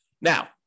now